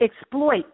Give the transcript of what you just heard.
exploit